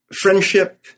friendship